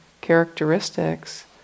characteristics